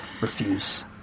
refuse